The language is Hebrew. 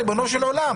ריבונו של עולם,